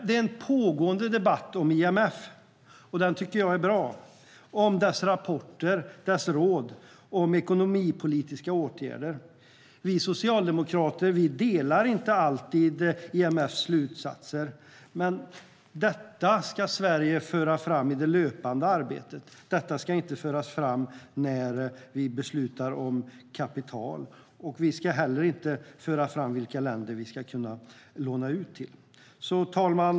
Det pågår en debatt som jag tycker är bra om IMF och som handlar om dess rapporter och dess råd om ekonomisk-politiska åtgärder. Vi socialdemokrater delar inte alltid IMF:s slutsatser, men detta ska Sverige föra fram i det löpande arbetet och inte när vi beslutar om kapital eller vilka länder som vi ska kunna låna ut till. Herr talman!